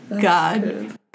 God